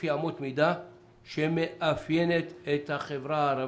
לפי אמות מידה שמאפיינות את החברה הערבית.